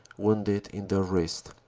wounded in the vrist.